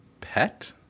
pet